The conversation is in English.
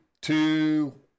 two